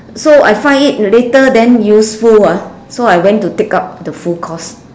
so I find it later then useful ah so I went to take up the full course